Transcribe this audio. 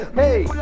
hey